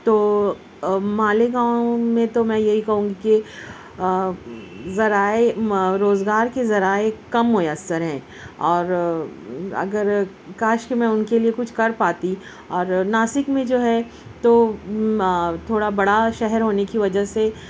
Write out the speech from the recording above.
تو مالیگاؤں میں تو میں یہی کہوں گی کہ ذرائع روزگار کے ذرائع کم میسر ہیں اور اگر کاش کہ میں ان کے لیے کچھ کر پاتی اور ناسک میں جو ہے تو تھوڑا بڑا شہر ہونے کی وجہ سے